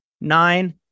nine